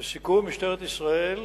לסיכום, משטרת ישראל ואני,